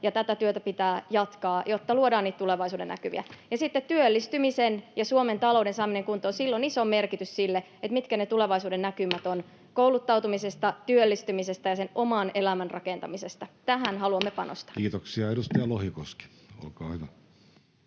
tätä työtä pitää jatkaa, jotta luodaan niitä tulevaisuudennäkymiä. Sitten työllistymisen ja Suomen talouden saamisella kuntoon on iso merkitys sille, mitkä ne tulevaisuudennäkymät ovat kouluttautumisesta, työllistymisestä ja sen oman elämän rakentamisesta. Tähän haluamme panostaa. Kiitoksia. — Edustaja Lohikoski, olkaa hyvä.